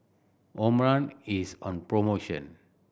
Omron is on promotion